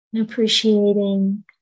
Appreciating